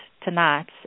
tonight